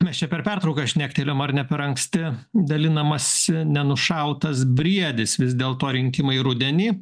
mes čia per pertrauką šnektelėjom ar ne per anksti dalinamasi nenušautas briedis vis dėl to rinkimai rudenį